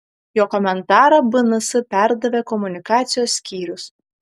jo komentarą bns perdavė komunikacijos skyrius